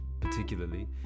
particularly